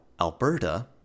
Alberta